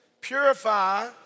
Purify